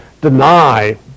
deny